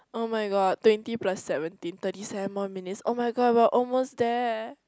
oh my god twenty plus seventeen thirty seven more minutes [oh]-my-god we are almost there